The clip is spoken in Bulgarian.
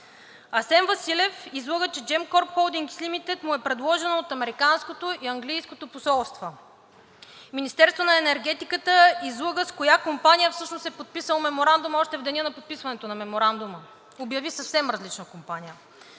Асен Василев излъга, че Gemcorp Holdings Limited му е предложена от американското и английското посолство. Министерството на енергетика излъга с коя компания всъщност е подписало Меморандума още в деня на подписването на Меморандума. Обяви съвсем различна компания.